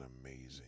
amazing